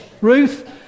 Ruth